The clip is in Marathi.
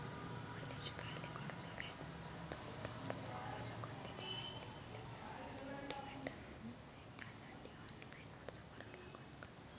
मले शिकायले कर्ज घ्याच असन तर कुठ अर्ज करा लागन त्याची मायती मले कुठी भेटन त्यासाठी ऑनलाईन अर्ज करा लागन का?